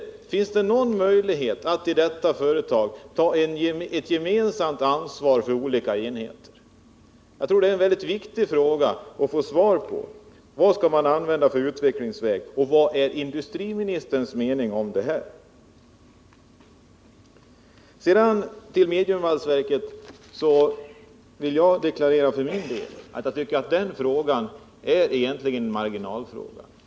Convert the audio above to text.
Eller finns det någon möjlighet att i detta företag ta ett gemensamt ansvar för olika enheter? Vilken utvecklingsväg skall SSAB följa, och vad är industriministerns mening om detta? Jag tror att detta är mycket viktiga frågor att få svar på. Frågan om ett mediumvalsverk är egentligen en marginalfråga.